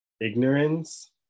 ignorance